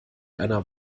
einer